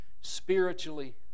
spiritually